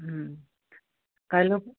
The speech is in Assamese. কাইলৈ